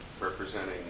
representing